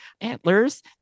antlers